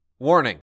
Warning